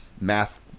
math